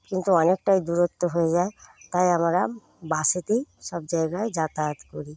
কিন্তু অনেকটাই দূরত্ব হয়ে যায় তাই আমরা বাসেতেই সব জায়গায় যাতায়াত করি